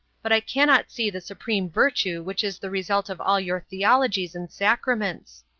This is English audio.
but i cannot see the supreme virtue which is the result of all your theologies and sacraments.